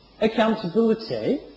accountability